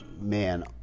Man